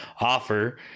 offer